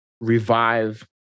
revive